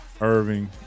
Irving